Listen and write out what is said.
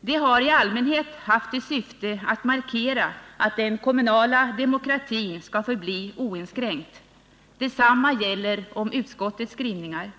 De har i allmänhet haft till syfte att markera att den kommunala demokratin skall förbli oinskränkt. Detsamma gäller om utskottets skrivningar.